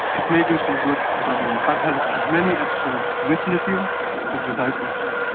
it may do some good, i don't know. i've had as many episodes with lithium as without lithium.